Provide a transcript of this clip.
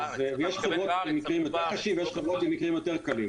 יש חברות עם מקרים יותר קשים ויש חברות עם מקרים יותר קלים.